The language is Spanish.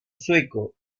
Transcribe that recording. sueco